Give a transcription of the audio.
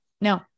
no